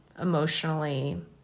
emotionally